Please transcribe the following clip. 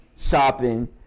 shopping